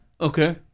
Okay